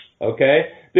okay